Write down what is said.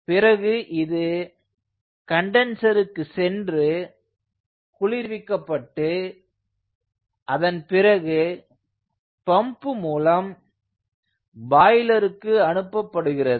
பிறகு இது கன்டன்ஸருக்கு சென்று குளிர்விக்கப்பட்டு அதன் பிறகு பம்ப் மூலம் பாய்லருக்கு அனுப்பப்படுகிறது